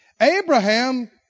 Abraham